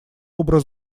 образ